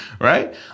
right